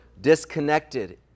disconnected